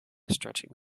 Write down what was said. stretching